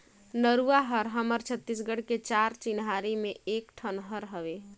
नरूवा हर हमर छत्तीसगढ़ के चार चिन्हारी में एक ठन हर हवे